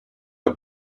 are